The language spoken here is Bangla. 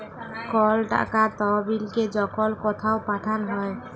কল টাকার তহবিলকে যখল কথাও পাঠাল হ্যয়